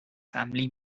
family